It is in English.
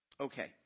Okay